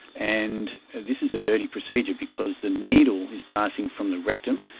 and this is a dirty procedure because the needle is passing from the rectum,